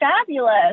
fabulous